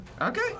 Okay